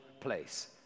place